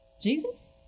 Jesus